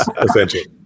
essentially